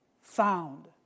found